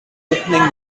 opening